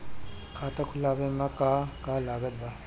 खाता खुलावे मे का का लागत बा?